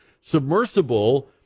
submersible